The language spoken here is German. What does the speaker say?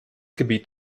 gebiet